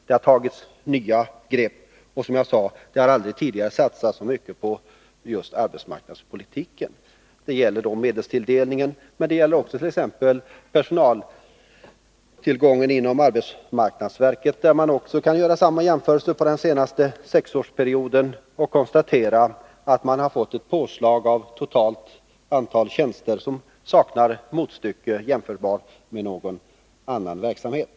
Det har tagits nya grepp, och det har som sagt aldrig tidigare satsats så mycket på just arbetsmarknadspolitiken. Det gäller medelstilldelningen, men också t.ex. personaltillgången inom arbetsmarknadsverket. Också där kan vi göra en jämförelse och konstatera att man under den senaste sexårsperioden har fått ett påslag för det totala antalet tjänster som saknar motstycke i någon annan verksamhet.